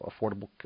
affordable